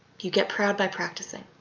you get proud by practicing.